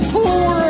Poor